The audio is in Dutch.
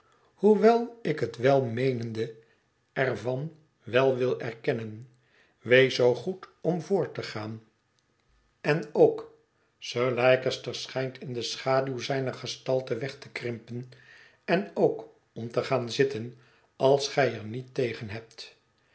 hoewel ik het welmeenende er van wel wil erkennen wees zoo goed om voort te gaan en ook sir leicester schijnt in de schaduw zijner gestalte weg te krimpen en ook om te gaan zitten als gij er niet tegen hebt